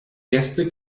gäste